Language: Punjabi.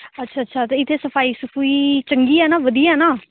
ਅੱਛਾ ਅੱਛਾ ਅਤੇ ਇੱਥੇ ਸਫਾਈ ਸਫੂਈ ਚੰਗੀ ਹੈ ਨਾ ਵਧੀਆ ਨਾ